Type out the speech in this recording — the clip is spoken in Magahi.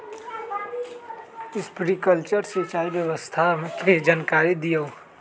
स्प्रिंकलर सिंचाई व्यवस्था के जाकारी दिऔ?